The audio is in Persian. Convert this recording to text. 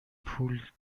پول